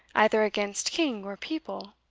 either against king or people